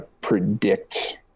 predict